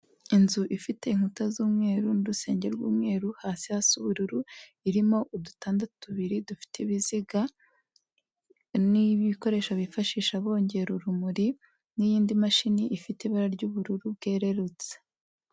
Inzu ifite inkuta z'umweru n'urusenge rw'umweru, hasi haa ubururu, irimo udutanda tubiri dufite ibiziga n'ibikoresho bifashisha bongera urumuri n'iyindi mashini ifite ibara ry'ubururu bwererutse.